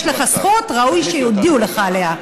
יש לך זכות, ראוי שיודיעו לך עליה.